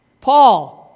Paul